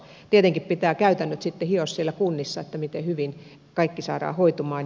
tietenkin pitää käytännöt sitten hioa siellä kunnissa miten hyvin kaikki saadaan hoitumaan